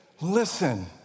Listen